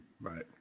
Right